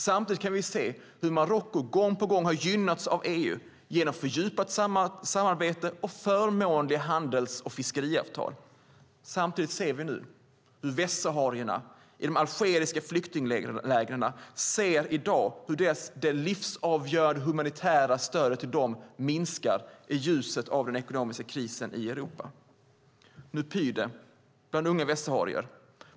Samtidigt kan vi ser hur Marocko gång på gång har gynnats av EU genom fördjupat samarbete och förmånliga handels och fiskeriavtal. Samtidigt ser vi nu hur västsaharierna i de algeriska flyktinglägren ser hur det livsavgörande humanitära stödet till dem minskar i ljuset av den ekonomiska krisen i Europa. Nu pyr det bland unga västsaharier.